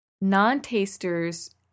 non-tasters